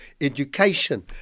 education